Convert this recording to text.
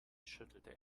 schüttelte